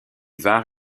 var